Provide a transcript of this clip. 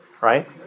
Right